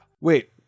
wait